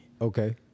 Okay